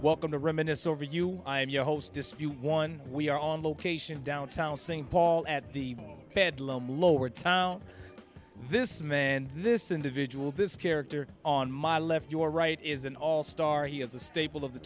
welcome to reminisce over you i'm your host dispute one we are on location downtown st paul at the bedlam lowertown this man this individual this character on my left your right is an all star he has a stable of the